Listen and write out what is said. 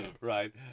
right